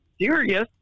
serious